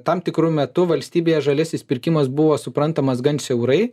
tam tikru metu valstybėje žaliasis pirkimas buvo suprantamas gan siaurai